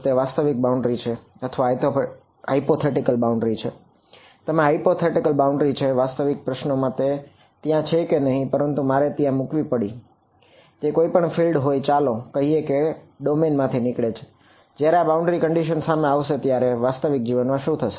તે hypothetical boundary ની સામે આવશે ત્યારે વાસ્તવિક જીવન માં શું થશે